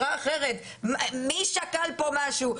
מי שקל פה משהו?